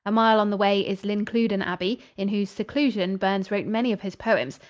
mile on the way is lincluden abbey, in whose seclusion burns wrote many of his poems,